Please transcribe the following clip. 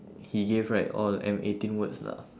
he gave right all M eighteen words lah